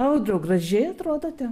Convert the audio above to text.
audriau gražiai atrodote